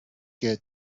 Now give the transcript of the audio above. que